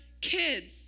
kids